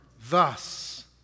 thus